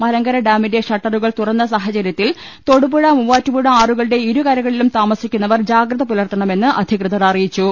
മലങ്കര ഡാമിന്റെ ഷട്ടറുകൾ തുറന്ന സാഹചര്യ ത്തിൽ തൊടുപുഴ മൂവാറ്റുപുഴ ആറുകളുടെ ഇരുകരകളിലും താമ സിക്കുന്നവർ ജാഗ്രത പുലർത്തണമെന്ന് അധികൃതർ അറിയിച്ചു